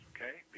Okay